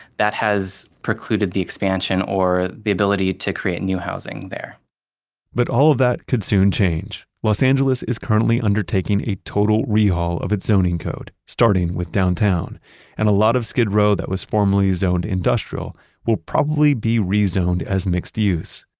that has precluded the expansion or the ability to create new housing there but all of that could soon change. los angeles is currently undertaking a total re-haul of its zoning code starting with downtown and a lot of skid row that was formally zoned industrial will probably be rezoned as mixed-use.